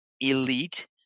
elite